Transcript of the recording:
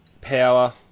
Power